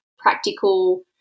practical